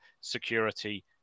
security